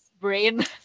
brain